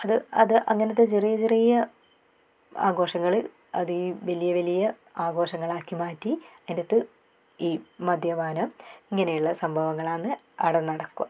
അത് അത് അങ്ങനത്തെ ചെറിയ ചെറിയ ആഘോഷങ്ങളിൽ അത് ഈ വലിയ വലിയ ആഘോഷങ്ങൾ ആക്കി മാറ്റി എന്നിട്ട് ഈ മദ്യപാനം ഇങ്ങനെയുള്ള സംഭവങ്ങളാന്ന് അവിടെ നടക്കുക